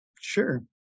Sure